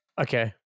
Okay